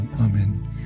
Amen